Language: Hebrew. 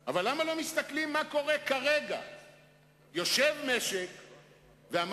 אבל לקח את זה מיקי